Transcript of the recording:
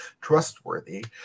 trustworthy